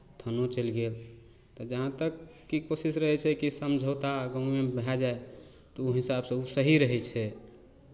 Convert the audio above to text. थानो चलि गेल तऽ जहाँ तक कि कोशिश रहै छै कि समझौता गाँवएमे भए जाय तऽ ओ हिसाबसँ ओ सही रहै छै